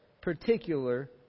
particular